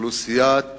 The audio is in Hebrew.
אוכלוסיית